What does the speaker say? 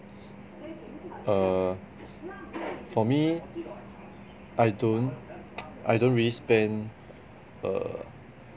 err for me I don't I don't really spend err